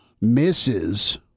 misses